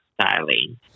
styling